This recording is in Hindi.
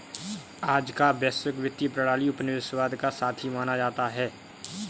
आज का वैश्विक वित्तीय प्रणाली उपनिवेशवाद का साथी माना जाता है